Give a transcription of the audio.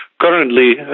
Currently